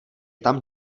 tam